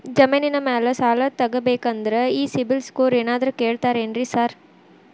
ಜಮೇನಿನ ಮ್ಯಾಲೆ ಸಾಲ ತಗಬೇಕಂದ್ರೆ ಈ ಸಿಬಿಲ್ ಸ್ಕೋರ್ ಏನಾದ್ರ ಕೇಳ್ತಾರ್ ಏನ್ರಿ ಸಾರ್?